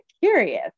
curious